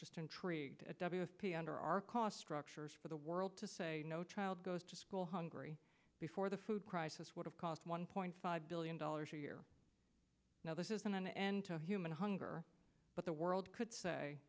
just intrigued at w p under our cost structures for the world to say no child goes to school hungry before the food crisis would have cost one point five billion dollars a year now this isn't an end to human hunger but the world could say